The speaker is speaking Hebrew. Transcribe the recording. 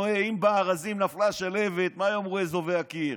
אם בארזים נפלה שלהבת מה יאמרו אזובי הקיר?